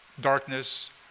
darkness